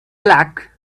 luck